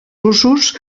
usos